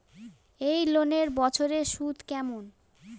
এই লোনের বছরে সুদ কেমন?